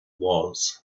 was